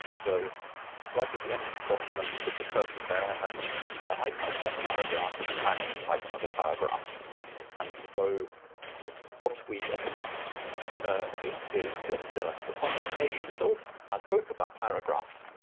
so right at the end of the document, you put the cursor there and i type one paragraph and you type another paragraph and so what we expect ah at least is the the final merged result has both of our paragraphs,